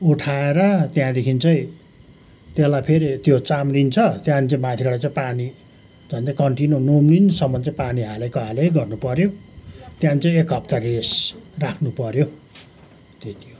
उठाएर त्यहाँदेखि चाहिँ त्यसलाई फेरि त्यो चाम्रिन्छ त्यहाँदेखि चाहिँ माथिबाट चाहिँ पानी झन्डै कन्टिन्यू नउम्रिन्जेलसम्म चाहिँ पानी हालेको हालेकै गर्नुपऱ्यो त्यहाँदेखि चाहिँ एक हप्ता रेस्ट राख्नुपऱ्यो त्यति हो